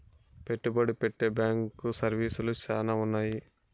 పెట్టుబడి పెట్టే బ్యాంకు సర్వీసులు శ్యానా ఉన్నాయి